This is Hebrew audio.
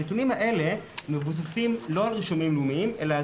הנתונים האלה מבוססים לא על רישומים לאומיים אלא על